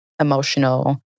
emotional